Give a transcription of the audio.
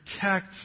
protect